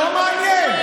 לא מעניין.